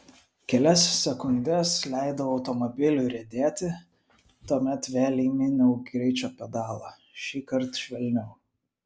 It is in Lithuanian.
kelias sekundes leidau automobiliui riedėti tuomet vėl įminiau greičio pedalą šįkart švelniau